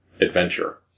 adventure